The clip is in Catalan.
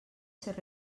ser